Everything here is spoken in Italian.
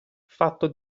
fatto